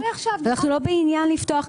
אנחנו לא בעניין לפתוח.